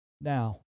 now